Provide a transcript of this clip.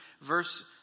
verse